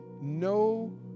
No